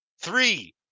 Three